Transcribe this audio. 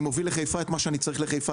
אני מוביל לחיפה את מה שאני צריך לחיפה.